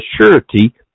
surety